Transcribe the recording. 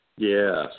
Yes